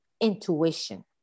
intuition